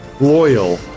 loyal